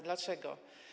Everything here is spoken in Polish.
Dlaczego?